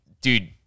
Dude